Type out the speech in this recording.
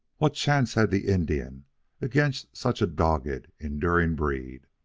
what chance had the indian against such a dogged, enduring breed?